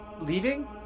leaving